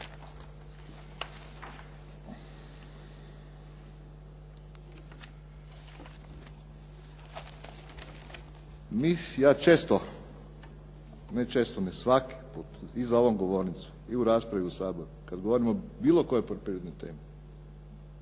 Ja često, ne često nego svaki put i za govornicom i u raspravi u Saboru kad govorimo o bilo kojoj poljoprivrednoj temi,